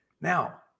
Now